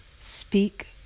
Speak